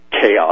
chaos